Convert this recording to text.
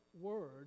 word